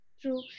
true